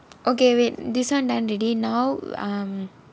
okay wait this [one] done already now um